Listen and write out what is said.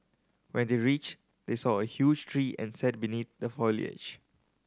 when they reached they saw a huge tree and sat beneath the foliage